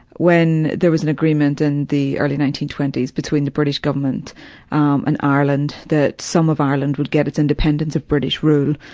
when there was an agreement in the early nineteen twenty s between the british government and ireland that some of ireland would get its independence of british rule,